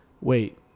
Wait